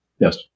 Yes